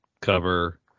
cover